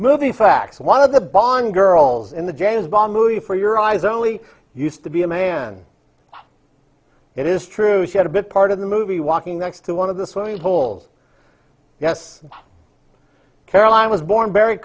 movies fact one of the bond girls in the james bond movie for your eyes only used to be a man and it is true she had a bit part of the movie walking next to one of the swimming holes yes caroline was born very